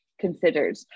considered